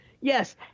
yes